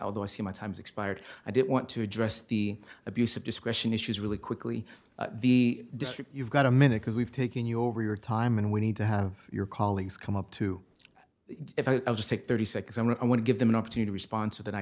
although i see my time's expired i don't want to address the abuse of discretion issues really quickly the district you've got a minute because we've taken you over your time and we need to have your colleagues come up to if i just take thirty seconds i want to give them an opportunity response that i